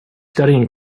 studying